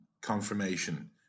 confirmation